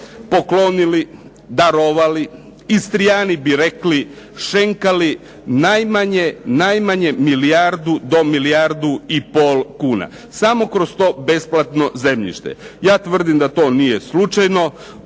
poklonili, darovali, Istrijani bi rekli šenkali najmanje milijardu, do milijardu i pol kuna samo kroz to besplatno zemljište. Ja tvrdim da to nije slučajno,